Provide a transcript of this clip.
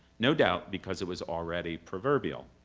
no doubt because it was already proverbial.